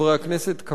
כמה זה קשה,